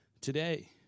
today